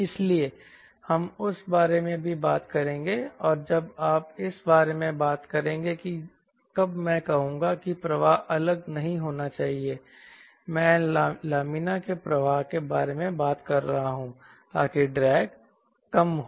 इसलिए हम उस बारे में भी बात करेंगे और जब आप इस बारे में बात करेंगे कि कब मैं कहूंगा कि प्रवाह अलग नहीं होना चाहिए मैं लामिना के प्रवाह के बारे में बात कर रहा हूं ताकि ड्रैग कम हो